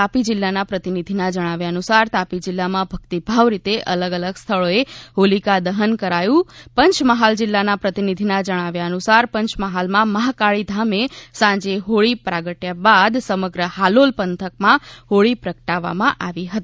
તાપી જિલ્લામાં પ્રતિનિધિના જણાવ્યા અનુસાર તાપી જિલ્લામાં ભક્તિભાવ રીતે અલગ અલગ સ્થળોએ હાલીકા દહન કરાયું પંચમહાલ જિલ્લાના પ્રતિનિધિના જણાવ્યા અનુસાર પંચમહાલમાં મહાકાળી ધામે સાંજે હોલી પ્રગ્ટ્યા બાદ સમગ્ર હાલોલ પંથકમાં હોળી પ્રગટાવવામાં આવી હતી